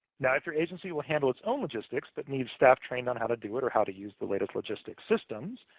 now, if your agency will handle its own logistics but needs staff trained on how to do it or how to use the latest logistic systems,